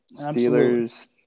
Steelers